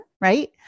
right